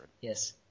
Yes